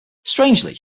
strangely